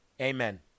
amen